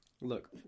Look